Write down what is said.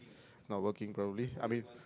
no working probably I mean